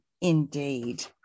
indeed